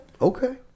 Okay